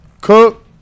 Cook